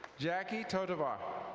jackie todovar.